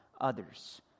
others